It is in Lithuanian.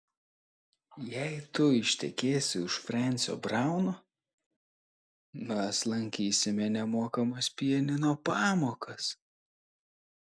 jei tu ištekėsi už francio brauno mes lankysime nemokamas pianino pamokas